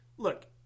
Look